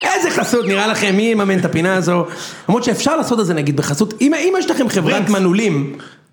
איזה חסות, נראה לכם, מי יממן את הפינה הזו? למרות שאפשר לעשות את זה נגיד בחסות, אם יש לכם חברת מנעולים...